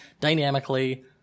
dynamically